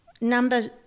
number